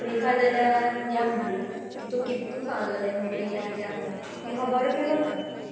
free जाल्यार या मगो की तूं कितू सांगलेलें मुवी या या म्हूण तुवें खबर केलो ना